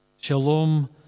Shalom